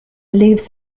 leaves